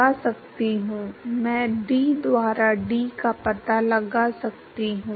तो सीमा परत मोटाई की परिभाषा क्या है